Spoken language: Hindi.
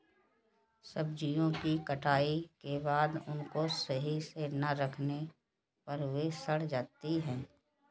सब्जियों की कटाई के बाद उनको सही से ना रखने पर वे सड़ जाती हैं